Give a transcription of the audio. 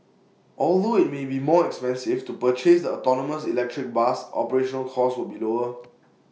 although IT may be more expensive to purchase the autonomous electric bus operational costs will be lower